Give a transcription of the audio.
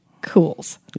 Cools